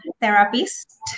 therapist